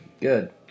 Good